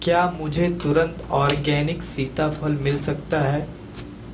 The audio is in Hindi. क्या मुझे तुरंत औरगैनिक सीताफल मिल सकता है